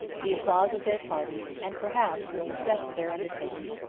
the applause of their party, and, perhaps, the success of their undertaking.